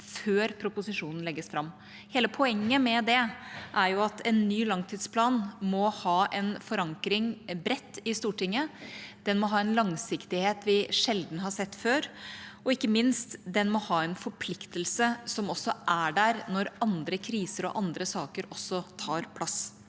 før proposisjonen legges fram. Hele poenget med det er at en ny langtidsplan må ha en bred forankring i Stortinget. Den må ha en langsiktighet vi sjelden har sett før, og ikke minst må den ha en forpliktelse som også er der når andre kriser og andre saker tar plass.